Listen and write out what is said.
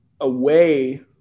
away